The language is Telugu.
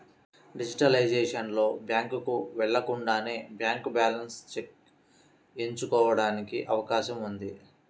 డిజిటలైజేషన్ లో, బ్యాంకుకు వెళ్లకుండానే బ్యాంక్ బ్యాలెన్స్ చెక్ ఎంచుకోవడానికి అవకాశం ఉంది